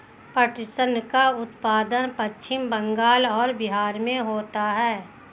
पटसन का उत्पादन पश्चिम बंगाल और बिहार में होता है